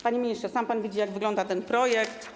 Panie ministrze, sam pan widzi, jak wygląda ten projekt.